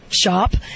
shop